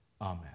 Amen